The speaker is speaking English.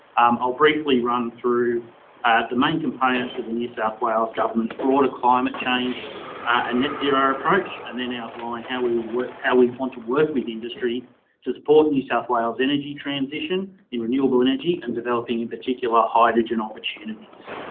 um, i'll briefly run through the main components of the new south wales government's broader climate change and net zero approach and then outline how we work, how we want to work with industry to support new south wales energy transition in renewable energy and developing in particular hydrogen opportunities.